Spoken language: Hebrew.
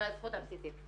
מהזכות הבסיסית.